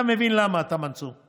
אתה מבין למה, אתה, מנסור.